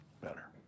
better